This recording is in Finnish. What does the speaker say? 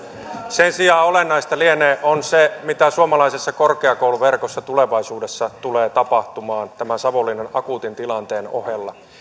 sen sijaan olennaista on se mitä suomalaisessa korkeakouluverkossa tulevaisuudessa tulee tapahtumaan tämän savonlinnan akuutin tilanteen ohella